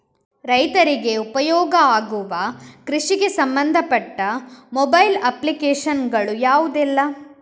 ರೈತರಿಗೆ ಉಪಯೋಗ ಆಗುವ ಕೃಷಿಗೆ ಸಂಬಂಧಪಟ್ಟ ಮೊಬೈಲ್ ಅಪ್ಲಿಕೇಶನ್ ಗಳು ಯಾವುದೆಲ್ಲ?